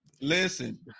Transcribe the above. Listen